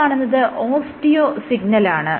ഈ കാണുന്നത് ഓസ്റ്റിയോ സിഗ്നലാണ്